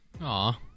Aw